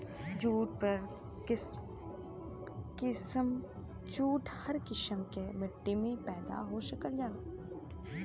jute हर किसिम के मट्टी में पैदा हो सकला